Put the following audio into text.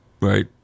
right